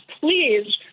please